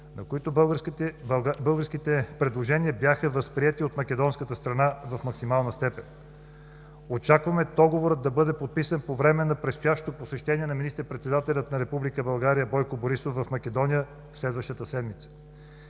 на който българските предложения бяха възприети от македонската страна в максимална степен. Очакваме Договорът да бъде подписан по време на предстоящото посещение на министър-председателя на Република България Бойко Борисов в Македония следващата седмица.